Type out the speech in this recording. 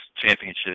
championship